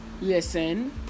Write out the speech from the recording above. listen